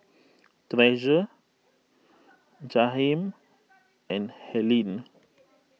Treasure Jaheim and Helene